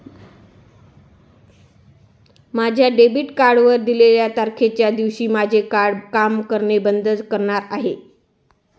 माझ्या डेबिट कार्डवर दिलेल्या तारखेच्या दिवशी माझे कार्ड काम करणे बंद करणार आहे